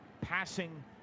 passing